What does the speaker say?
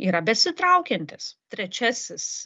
yra besitraukiantis trečiasis